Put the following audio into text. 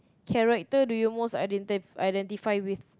character do you most identi~ identify with